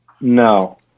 no